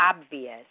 obvious